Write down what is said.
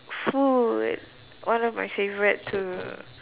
food one of my favourite too